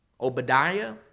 Obadiah